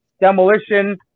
Demolition